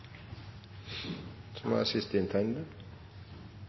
som no er